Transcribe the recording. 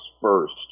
first